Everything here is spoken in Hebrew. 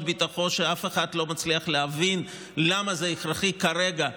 בתוכו שאף אחד לא מצליח להבין למה הן הכרחיות כרגע,